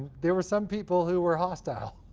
there were some people who were hostile,